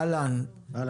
שניר,